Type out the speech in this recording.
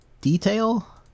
detail